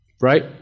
Right